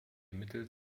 mittel